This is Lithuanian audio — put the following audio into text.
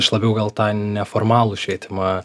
aš labiau gal tą neformalų švietimą